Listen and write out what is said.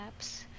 apps